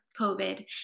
COVID